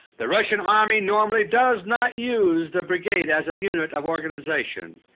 the russian army normally does not use the brigade as a unit of organization.